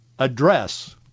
address